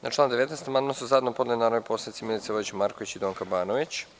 Na član 19. amandman su zajedno podnele narodni poslanici Milica Vojić Marković i Donka Banović.